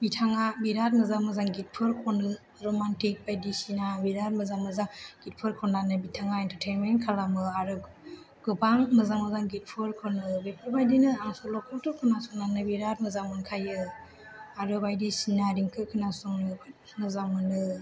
बिथाङा बिराथ मोजां मोजां गितफोर खनो रमान्टिक बायदि सिना बिराथ मोजां मोजां गितफोर खन्नानै बिथाङा एन्टारटेनमेन्ट खालामो आरो गोबां मोजां मोजां गितफोर खनो बेफोर बायदिनो आं सल'खौथ' खोना संनानै बिराद मोजां मोनखायो आरो बायदि सिना देंखो खोनासंनोबो मोजां मोनो